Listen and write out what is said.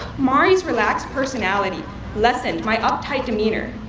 kamari's relaxed personality lessened my uptight demeanor,